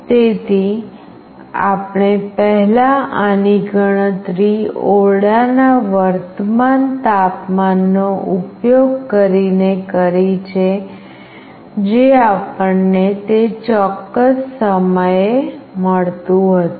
તેથી આપણે પહેલા આની ગણતરી ઓરડાના વર્તમાન તાપમાનનો ઉપયોગ કરીને કરી છે જે આપણને તે ચોક્કસ સમયે મળતું હતું